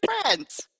friends